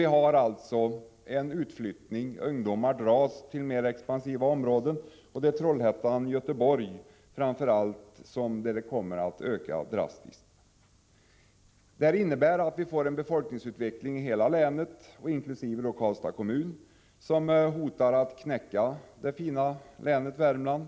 Det förekommer också en utflyttning från kommunen innebärande att ungdomar dras till mera expansiva områden. En drastisk ökning av utflyttningen kommer att ske framför allt till Trollhättan och Göteborg. Befolkningsutvecklingen i länet som helhet, inkl. Karlstads kommun, hotar att knäcka det fina länet Värmland.